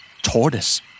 Tortoise